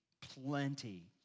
plenty